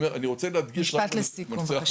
משפט לסיכום, בבקשה.